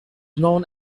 known